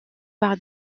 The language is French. par